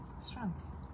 Strengths